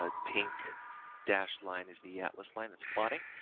ah pink dash line is the atlas line that's plotting.